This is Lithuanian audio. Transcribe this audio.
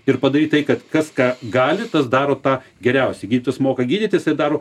ir padaryt tai kad kas ką gali tas daro tą geriausiai gydytojas moka gydyti jisai daro